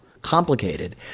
complicated